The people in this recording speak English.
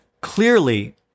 Clearly